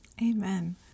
amen